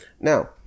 now